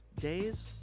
days